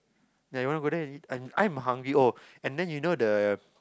ya you want go there and eat I'm hungry oh and then you know the